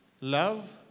love